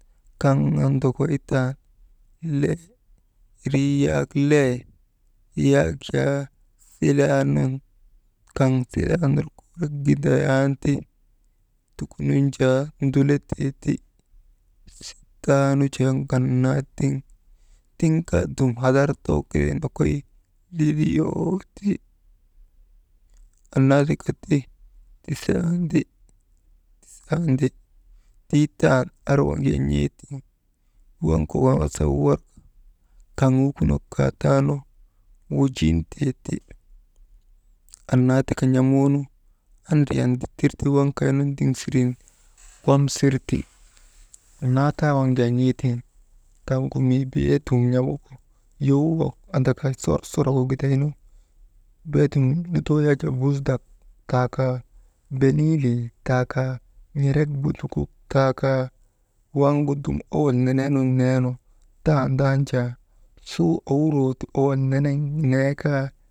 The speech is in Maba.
Kaŋ nondokoytan le irii yak le yak le yak jaa silaa kaŋ silaa nurkuurek gin kayn tukunun letee ti, se taanu jaa ŋannaa tiŋ tiŋ kaa dunhadar too kelee nokoy luluyoo ti, annaa tika ti tiitan ar waŋ jaa n̰etiŋ waŋgu waŋ andakrawujin tee ti, annaa tika neebu annaa tika andriyan dittir ti waŋ kaynu ndiŋsirin wamsirti, annaa taa waŋ jaa n̰ee tiŋ kaŋgu mii beedum n̰amuk yoowok andaka sorsorogu gidaynu, bedum lutoo yak jaa busdak taa kaa, belii lee taakaa n̰erek butukuk taa kaa, waŋgu dum owol nenee nun neenu, tandan jaa suu owuroo ti owol nenen nee kaa.